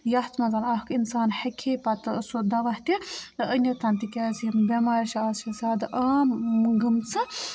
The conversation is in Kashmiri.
یَتھ منٛز اَکھ اِنسان ہٮ۪کہِ ہے پَتہٕ سُہ دَوا تہِ أنِتھ تِکیٛازِ یِم بٮ۪مارِ چھِ آز چھِ زیادٕ عام گٔمژٕ